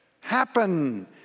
happen